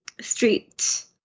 street